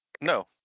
No